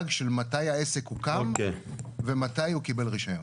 של מתי העסק הוקם ומתי הוא קיבל רישיון.